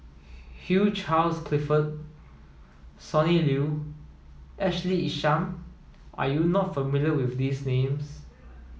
Hugh Charles Clifford Sonny Liew Ashley Isham are you not familiar with these names